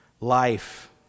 life